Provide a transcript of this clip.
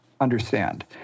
understand